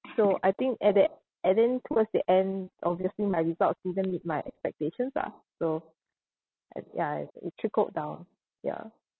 so I think at the~ and then towards the end obviously my results didn't meet my expectations ah so uh ya it trickled down ya